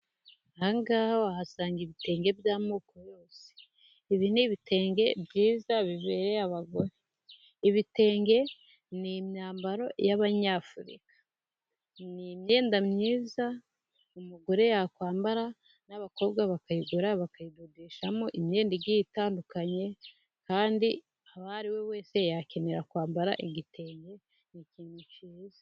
Aha ngaha wahasanga ibitenge by'amoko yose, ibi ni ibitenge byiza bibereye abagore, ibitenge ni imyambaro y'abanyafurika, ni imyenda myiza umugore yakwambara n'abakobwa bakayigura, bakayidodeshamo imyenda igiye itandukanye kandi uwo ariwe wese, yakenera kwambara igitenge ni ikintu cyiza.